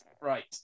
right